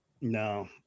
No